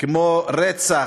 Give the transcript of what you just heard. כמו רצח,